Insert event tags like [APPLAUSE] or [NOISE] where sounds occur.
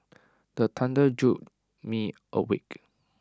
[NOISE] the thunder jolt me awake